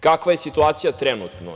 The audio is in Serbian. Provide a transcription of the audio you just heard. Kakva je situacija trenutno?